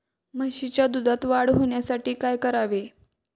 म्हशीच्या दुधात वाढ होण्यासाठी काय करावे?